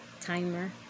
timer